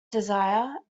desire